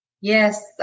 Yes